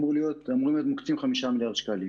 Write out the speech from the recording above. ואמרת שיש גם עניין של דכדוך.